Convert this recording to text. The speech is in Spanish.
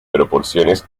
proporciones